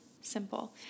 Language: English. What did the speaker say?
simple